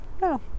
No